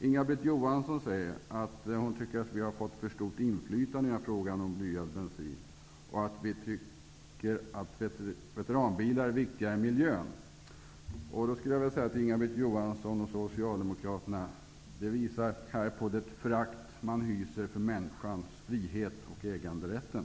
Inga-Britt Johansson säger att hon tycker att vi i Ny demokrati har fått för stort inflytande i frågan om blyad bensin och att vi tycker att veteranbilar är viktigare än miljön. Inga-Britt Johansson och Socialdemokraterna visar här på det förakt man hyser för människans frihet och äganderätten.